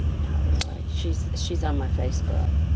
not really. she's she's on my facebook.